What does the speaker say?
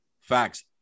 Facts